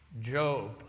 Job